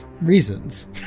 reasons